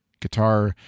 guitar